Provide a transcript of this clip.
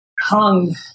hung